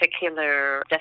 particular